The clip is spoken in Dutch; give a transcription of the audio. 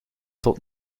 tot